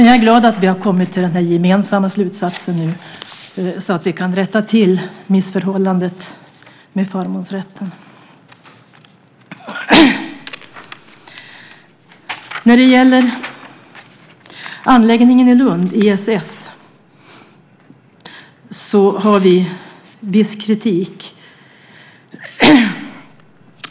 Jag är glad att vi nu har kommit till den gemensamma slutsatsen så att vi kan rätta till missförhållandet med förmånsrätten. När det gäller anläggningen i Lund, ISS, har vi viss kritik.